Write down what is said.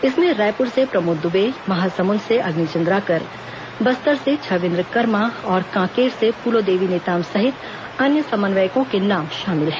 इसमें रायपुर से प्रमोद दुबे महासमुद से अग्नि चंद्राकर बस्तर से छबिन्द्र कर्मा और कांकेर से फूलोदेवी नेताम सहित अन्य समन्वयकों के नाम शामिल है